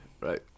Right